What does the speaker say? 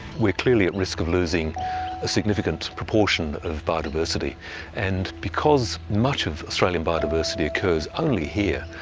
we're clearly at risk of losing a significant proportion of biodiversity and because much of australian biodiversity occurs only here,